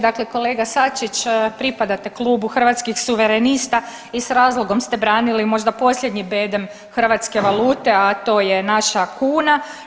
Dakle, kolega Sačić pripadate klubu Hrvatskih suverenista i s razlogom ste branili možda posljednji bedem hrvatske valute, a to je naša kuna.